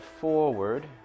forward